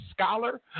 scholar